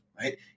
right